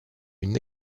une